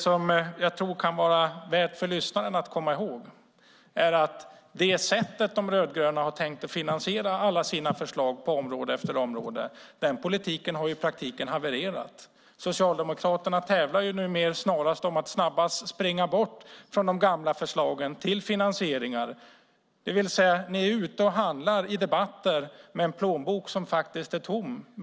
För lyssnaren kan det vara värt att komma ihåg att det sätt på vilket De rödgröna har tänkt finansiera alla sina förslag på område efter område. Den politiken har ju i praktiken havererat. Socialdemokraterna tävlar nu snarast om att springa bort från de gamla förslagen till finansieringar. Det vill säga att ni är ute och handlar i debatterna med en plånbok som faktiskt är tom.